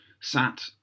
sat